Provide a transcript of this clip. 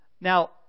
Now